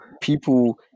people